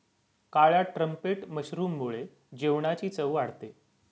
काळ्या ट्रम्पेट मशरूममुळे जेवणाची चव वाढते